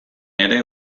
ere